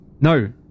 no